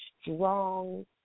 strong